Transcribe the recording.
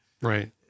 Right